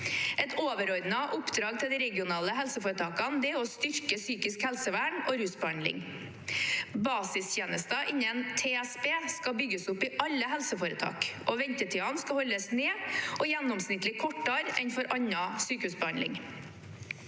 Et overordnet oppdrag til de regionale helseforetakene er å styrke psykisk helsevern og rusbehandling. Basistjenester innen TSB skal bygges opp i alle helseforetak, og ventetidene skal holdes nede og gjennomsnittlig kortere enn for annen sykehusbehandling.